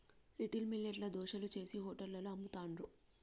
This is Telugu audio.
లిటిల్ మిల్లెట్ ల దోశలు చేశి హోటళ్లలో అమ్ముతాండ్రు